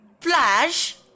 Flash